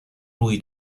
روی